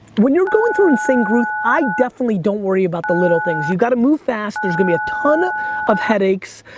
when you're going through insane growth, i definitely don't worry about the little things. you gotta move fast. there's going to be a ton ah of headaches.